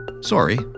sorry